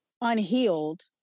unhealed